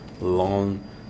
long